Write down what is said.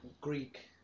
Greek